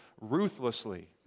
ruthlessly